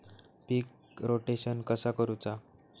पीक rotation कसा करूचा?